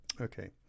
Okay